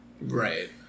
right